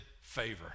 favor